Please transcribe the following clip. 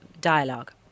dialogue